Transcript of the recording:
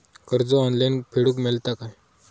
कर्ज ऑनलाइन फेडूक मेलता काय?